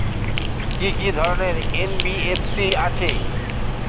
কি কি ধরনের এন.বি.এফ.সি আছে?